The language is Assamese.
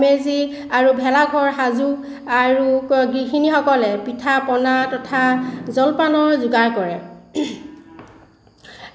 মেজি আৰু ভেলাঘৰ সাজোঁ আৰু গৃ্হিণীসকলে পিঠা পনা তথা জলপানৰ যোগাৰ কৰে